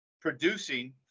producing